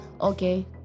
okay